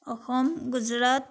Assam Gujarat